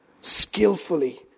Skillfully